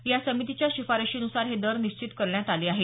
या समितीच्या शिफारशीन्सार हे दर निश्चित करण्यात आले आहेत